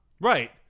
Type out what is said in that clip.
Right